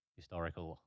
historical